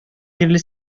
бирле